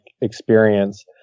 experience